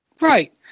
Right